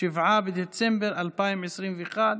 7 בדצמבר 2021,